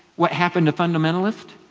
what happened to fundamentalists?